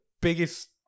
biggest